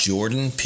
Jordan